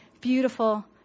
beautiful